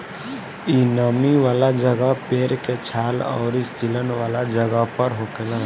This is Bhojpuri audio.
इ नमी वाला जगह, पेड़ के छाल अउरी सीलन वाला जगह पर होखेला